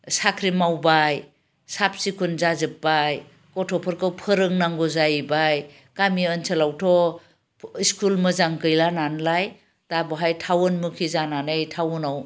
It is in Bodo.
साख्रि मावबाय साब सिखोन जाजोबबाय गथ'फोरखौ फोरोंनांगौ जाहैबाय गामि ओनसोलावथ' स्कुल मोजां गैला नालाय दा बेवहाय टाउनमुखि जानानै टाउनआव